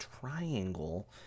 triangle